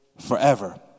forever